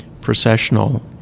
processional